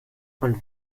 und